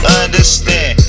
understand